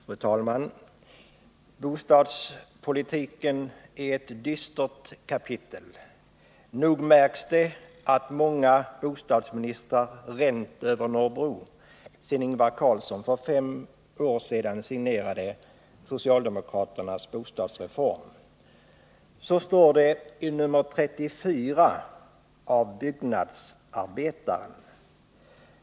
Fru talman! Bostadspolitiken är ett dystert kapitel. Nog märks det att många bostadsministrar ränt över Norrbro sedan Ingvar Carlsson för fem år sedan signerade socialdemokraternas bostadsreform. Så står det i tidningen Byggnadsarbetaren nr 34.